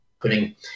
putting